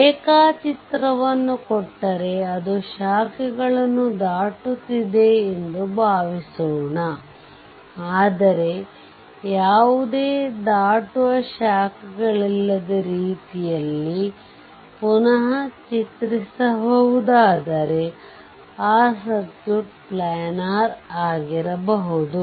ರೇಖಾಚಿತ್ರವನ್ನು ಕೊಟ್ಟರೆ ಅದು ಶಾಖೆಗಳನ್ನು ದಾಟುತ್ತಿದೆ ಎಂದು ಭಾವಿಸೋಣ ಆದರೆ ಯಾವುದೇ ದಾಟುವ ಶಾಖೆಗಳಿಲ್ಲದ ರೀತಿಯಲ್ಲಿ ಪುನಃ ಚಿತ್ರಿಸಬಹುದಾದರೆ ಆ ಸರ್ಕ್ಯೂಟ್ ಪ್ಲ್ಯಾನರ್ ಆಗಿರಬಹುದು